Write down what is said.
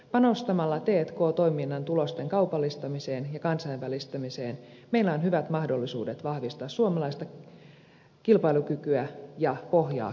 panostamalla t k toiminnan tulosten kaupallistamiseen ja kansainvälistämiseen meillä on hyvät mahdollisuudet vahvistaa suomalaista kilpailukykyä ja pohjaa suomen elinvoimalle